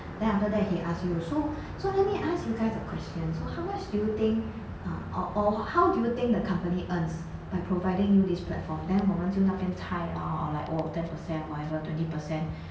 then after that he ask you so so let me ask you guys a question so how much do you think uh or or how do the think the company earns by providing you this platform then 我们就那边猜 lor or like oh ten percent whatever twenty percent